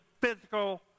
physical